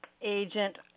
Agent